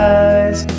eyes